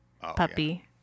puppy